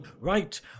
Right